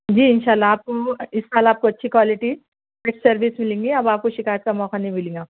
جی ان شاء اللہ آپ کو وہ اس سال آپ کو اچھی کوائلٹی بیسٹ سروس ملیں گی اب آپ کو شکایت کا موقع نہیں ملیں گا